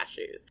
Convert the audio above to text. cashews